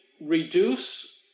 reduce